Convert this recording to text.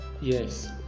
Yes